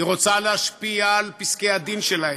היא רוצה להשפיע על פסקי-הדין שלהם,